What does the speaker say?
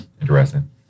Interesting